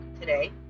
today